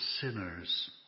sinners